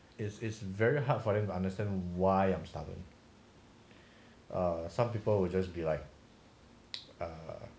it is very hard for them to understand why I'm stubborn or some people will just be like um